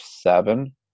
seven